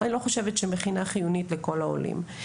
אני לא חושבת שמכינה חיונית לכל העולים.